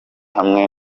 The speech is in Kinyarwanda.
hamwe